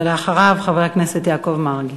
ואחריו, חבר הכנסת יעקב מרגי.